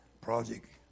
project